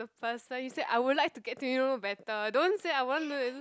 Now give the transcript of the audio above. the person you said I would like to get to you know better don't said I want marry